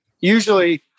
usually